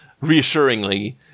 reassuringly